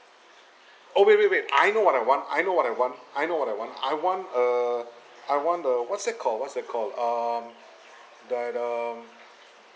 oh wait wait wait I know what I want I know what I want I know what I want I want a I want the what's that called what's that called um the the